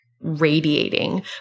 radiating